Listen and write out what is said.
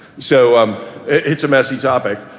so um it's a messy topic.